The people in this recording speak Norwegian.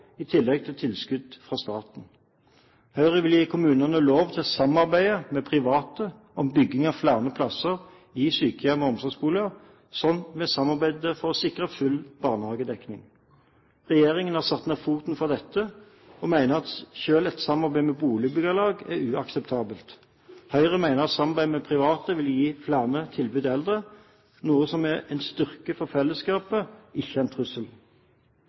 i tillegg til tilskudd fra staten. Høyre vil gi kommunene lov til å samarbeide med private om bygging av flere plasser i sykehjem og omsorgsboliger, slik vi samarbeidet for å sikre full barnehagedekning. Regjeringen har satt ned foten for dette og mener at selv et samarbeid med boligbyggelag er uakseptabelt. Høyre mener samarbeid med private vil gi flere tilbud til eldre, noe som er en styrke for fellesskapet, ikke en trussel.